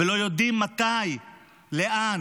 ולא יודעים מתי ולאן